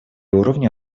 уровня